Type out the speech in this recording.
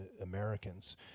Americans